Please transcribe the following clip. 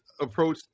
approach